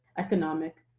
economic,